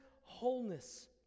wholeness